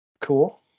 Cool